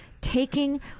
taking